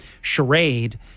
charade